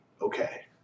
Okay